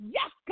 Yes